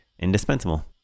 indispensable